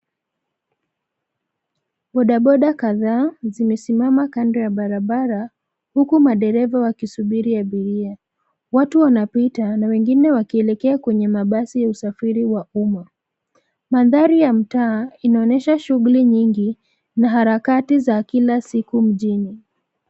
Bodaboda kadhaa zimesimama kando ya barabara huku madereva wakisubiri abiria. Watu wanapita na wengine wakielekea kwenye mabasi ya usafiri wa umma. Mandhari ya mtaa inaonyesha shughuli nyingi na harakati za kila siku mjini.